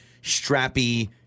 strappy